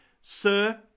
Sir